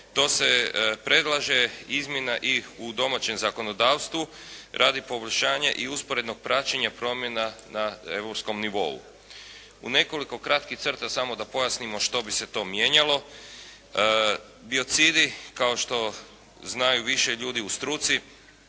to se predlaže izmjena i u domaćem zakonodavstvu radi poboljšanja i usporednog praćenja promjena na europskom nivou. U nekoliko kratkih crta samo da pojasnimo što bi se to mijenjalo. Biocidi kao što znaju više ljudi u struci